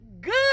good